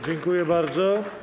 Dziękuję bardzo.